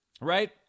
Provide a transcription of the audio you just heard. Right